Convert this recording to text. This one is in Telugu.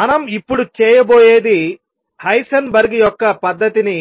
మనం ఇప్పుడు చేయబోయేది హైసెన్బర్గ్ యొక్క పద్ధతిని